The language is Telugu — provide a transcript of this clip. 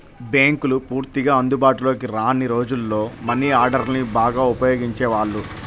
బ్యేంకులు పూర్తిగా అందుబాటులోకి రాని రోజుల్లో మనీ ఆర్డర్ని బాగా ఉపయోగించేవాళ్ళు